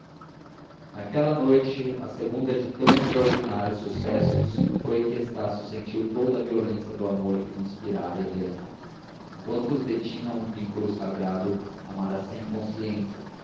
naquela noite a segunda de tão extraordinários sucessos foi que estácio sentiu toda a violência do amor que lhe inspirara helena enquanto os detinha um vínculo sagrado amara sem consciência